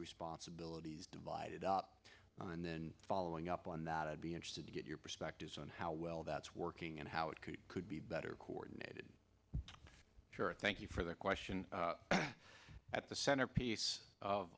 responsibilities divided up and then following up on that i'd be interested to get your perspective on how well that's working and how it could could be better coordinated sure thank you for the question at the centerpiece of